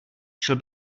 šel